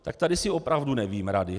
Tak tady si opravdu nevím rady.